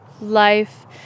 life